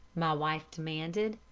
my wife demanded.